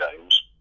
games